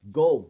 go